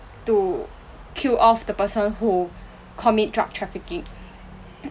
to kill off the person who commit drug trafficking